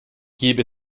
gebe